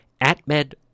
AtMed